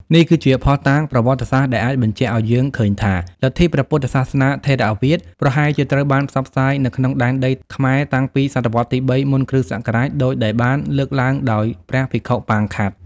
នេះគឺជាភស្តុតាងប្រវត្តិសាស្ត្រដែលអាចបញ្ជាក់ឱ្យយើងឃើញថា លទ្ធិព្រះពុទ្ធសាសនាថេរវាទប្រហែលជាត្រូវបានផ្សព្វផ្សាយនៅក្នុងដែនដីខ្មែរតាំងពី សតវត្សរ៍ទី ៣ មុនគ.ស. ដូចដែលបានលើកឡើងដោយ ព្រះភិក្ខុប៉ាង ខាត់។